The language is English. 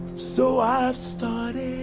so i've started